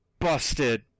busted